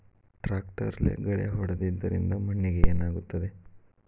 ಟ್ರಾಕ್ಟರ್ಲೆ ಗಳೆ ಹೊಡೆದಿದ್ದರಿಂದ ಮಣ್ಣಿಗೆ ಏನಾಗುತ್ತದೆ?